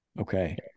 Okay